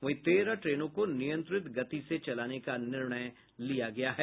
वहीं तेरह ट्रेनों को नियंत्रित गति से चलाने का निर्णय किया गया है